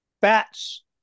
Bats